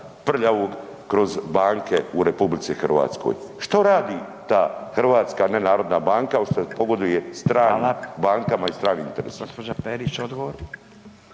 prljavog kroz banke u RH. Što radi ta hrvatska nenarodna banka kao što pogoduje stranim bankama i stranim interesima.